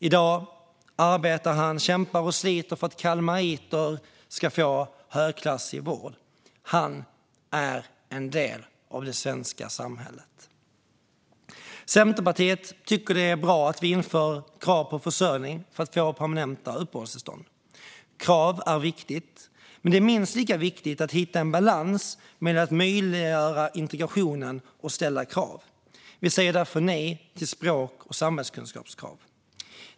I dag arbetar han, kämpar och sliter, för att kalmariter ska få högklassig vård. Han är en del av det svenska samhället. Centerpartiet tycker att det är bra att vi inför krav på försörjning för att man ska få permanent uppehållstillstånd. Krav är viktigt. Men det är minst lika viktigt att hitta en balans mellan att möjliggöra integrationen och ställa krav. Vi säger därför nej till språk och samhällskunskapskrav.